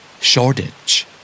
Shortage